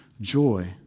joy